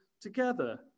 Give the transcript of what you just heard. together